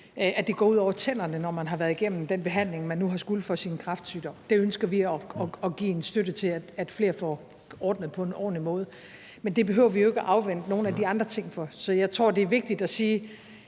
at det går ud over tænderne, når de har været igennem den behandling, de nu har skullet have for deres kræftsygdom. Vi ønsker at give vores støtte til, at flere får ordnet det på en ordentlig måde. Men det behøver vi jo ikke at afvente nogen af de andre ting for. Så jeg tror, det er vigtigt at sige,